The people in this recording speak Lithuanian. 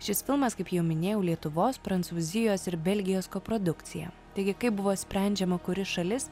šis filmas kaip jau minėjau lietuvos prancūzijos ir belgijos koprodukcija taigi kaip buvo sprendžiama kuri šalis